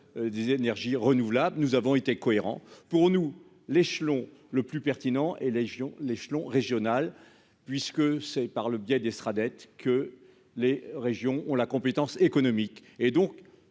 des énergies renouvelables. Nous avons été cohérent pour nous l'échelon le plus pertinent et légion l'échelon régional, puisque c'est par le biais d'estrade être que les régions ont la compétence économique et donc